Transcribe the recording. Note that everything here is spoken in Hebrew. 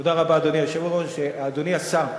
תודה רבה, אדוני היושב-ראש, אדוני השר,